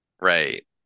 Right